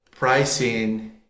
Pricing